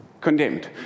condemned